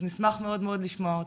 אז נשמח מאוד מאוד לשמוע אותך.